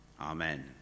amen